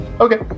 Okay